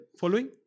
following